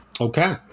Okay